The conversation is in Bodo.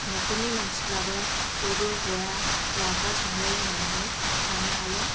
न'खरनि मानसिफ्राबो बयबो हौवाया हौवाफ्रा संलायलायनानै जानो हायो